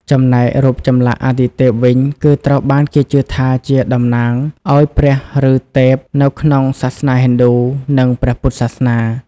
ចំណែក រូបចម្លាក់អាទិទេព វិញ គឺត្រូវបានគេជឿថាជាតំណាងឱ្យព្រះ ឬទេពនៅក្នុងសាសនាហិណ្ឌូ និងព្រះពុទ្ធសាសនា។